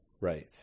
right